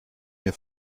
mir